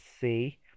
see